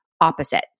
opposite